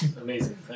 Amazing